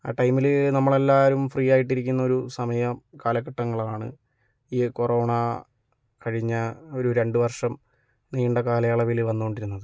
ആ ടൈമിൽ നമ്മളെല്ലാരും ഫ്രീ ആയിട്ടിരിക്കുന്നൊരു സമയം കാലഘട്ടങ്ങളാണ് ഈ കൊറോണ കഴിഞ്ഞ ഒരു രണ്ട് വർഷം നീണ്ട കാലയളവിൽ വന്നുകൊണ്ടിരുന്നത്